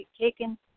taken